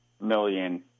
million